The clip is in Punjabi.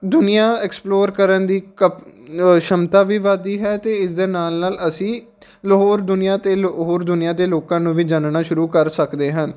ਦੁਨੀਆ ਐਕਸਪਲੋਰ ਕਰਨ ਦੀ ਕ ਸ਼ਮਤਾਂ ਵੀ ਵੱਧਦੀ ਹੈ ਅਤੇ ਇਸ ਦੇ ਨਾਲ ਨਾਲ ਅਸੀਂ ਲਾਹੌਰ ਦੁਨੀਆਂ ਅਤੇ ਲ ਹੋਰ ਦੁਨੀਆਂ ਦੇ ਲੋਕਾਂ ਨੂੰ ਵੀ ਜਾਣਨਾ ਸ਼ੁਰੂ ਕਰ ਸਕਦੇ ਹਨ